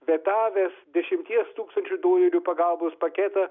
vetavęs dešimties tūkstančių dolerių pagalbos paketą